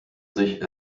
sich